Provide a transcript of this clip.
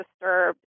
disturbed